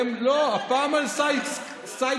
לא, הפעם סייקס-פיקו.